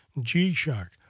G-Shock